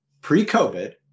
pre-COVID